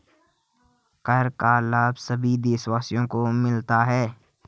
कर का लाभ सभी देशवासियों को मिलता है